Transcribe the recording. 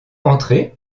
entrer